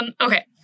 Okay